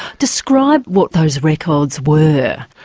describe what those records were.